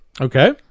Okay